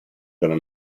della